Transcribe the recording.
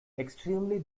extremely